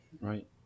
Right